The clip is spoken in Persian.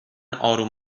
آروم